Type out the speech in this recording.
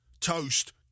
toast